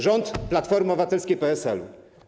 Rząd Platformy Obywatelskiej i PSL.